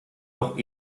doch